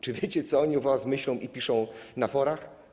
Czy wiecie, co oni o was myślą i piszą na forach?